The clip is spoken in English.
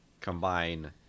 combine